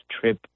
trip